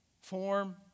form